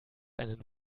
einen